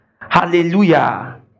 Hallelujah